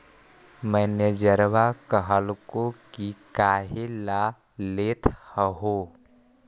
मैनेजरवा कहलको कि काहेला लेथ हहो?